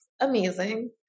amazing